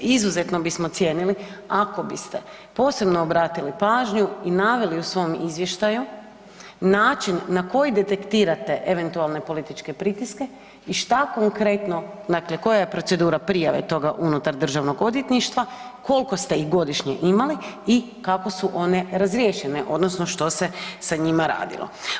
Izuzetno bismo cijenili ako biste posebno obratili pažnju i naveli u svom izvještaju način na koji detektirate eventualne političke pritiske i šta konkretno, dakle koja je procedura prijave i toga unutar Državnog odvjetništva, koliko ste ih godišnje imali i kako su one razriješene odnosno što se sa njima radilo.